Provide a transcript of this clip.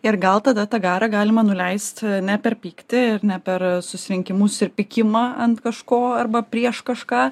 ir gal tada tą garą galima nuleist ne per pykti ir ne per susirinkimus ir pykimą ant kažko arba prieš kažką